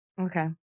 Okay